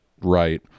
right